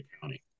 County